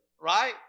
Right